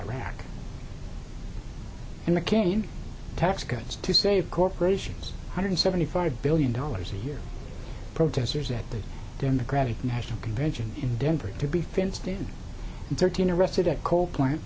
iraq and mccain tax cuts to save corporations hundred seventy five billion dollars a year protesters at the democratic national convention in denver to be fenced in thirteen arrested a coal plant